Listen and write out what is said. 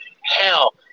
hell